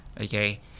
Okay